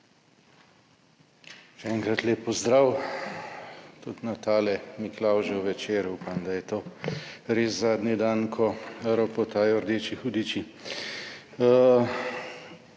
Še enkrat lep pozdrav tudi na tale Miklavžev večer. Upam, da je to res zadnji dan, ko ropotajo rdeči hudiči.